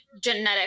genetic